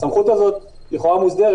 הסמכות הזאת לכאורה מוסדרת,